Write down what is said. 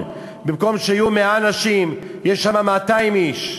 במקום שבקרון יהיו 100 אנשים, יש שם 200 איש.